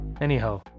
Anyhow